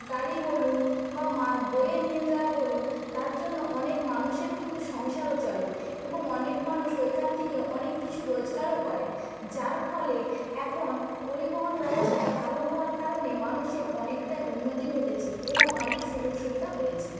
গাড়ি বলুন বা মা বয়ে নিয়ে যাওয়া বলুন তার জন্য অনেক মানুষের কিন্তু সংসারও চলে এবং অনেক মানুষ ওইখান থেকে অনেক কিছু রোজগারও করে যার ফলে এখন পরিবহন ব্যবস্থা ভালো হওয়ার কারণে মানুষের অনেকটাই উন্নতি ঘটেছে এবং অনেক সুযোগ সুবিধা পেয়েছে